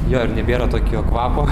jo ir nebėra tokio kvapo